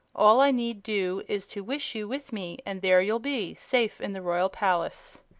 all i need do is to wish you with me, and there you'll be safe in the royal palace!